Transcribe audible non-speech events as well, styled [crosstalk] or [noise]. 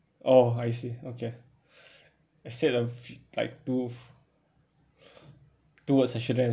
oh I see okay [breath] I said a fe~ like two two words I shouldn't have